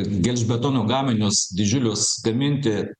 gelžbetonio gaminius didžiulius gaminti